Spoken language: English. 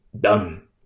done